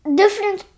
different